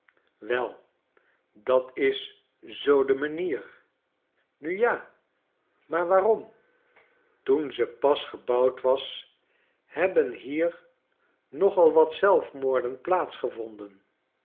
wel dat s zoo de manier nu ja maar waarom toen ze pas gebouwd was hebben hier nogal wat zelfmoorden